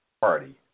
party